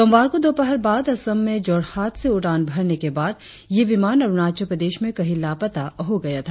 सोमवार को दोपहर बाद असम में जोरहाट से उड़ान भरने के बाद यह विमान अरुणाचल प्रदेश में कहीं लापता हो गया था